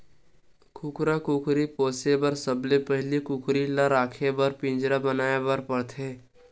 कुकरा कुकरी पोसे बर सबले पहिली कुकरी ल राखे बर पिंजरा बनाए बर परथे